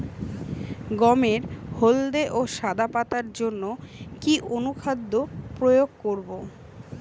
গমের হলদে ও সাদা পাতার জন্য কি অনুখাদ্য প্রয়োগ করব?